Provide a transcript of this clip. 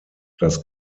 das